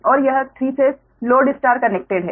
और यह 3 phase load star connected है